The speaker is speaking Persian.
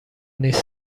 نیز